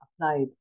applied